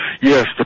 Yes